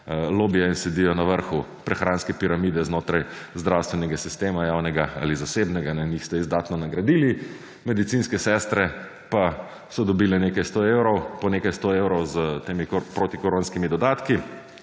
lobija in sedijo na vrhu prehranske piramide znotraj zdravstvenega sistema javnega ali zasebnega. Njih ste dodatno nagradili. Medicinske sestre pa so dobile po nekaj 100 evrov s temi proti koronskimi dodatki